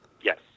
Yes